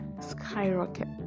skyrocket